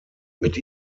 mit